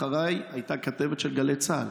אחריי הייתה כתבת של גלי צה"ל